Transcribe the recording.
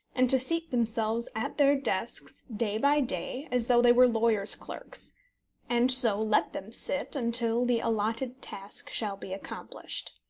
and to seat themselves at their desks day by day as though they were lawyers' clerks and so let them sit until the allotted task shall be accomplished.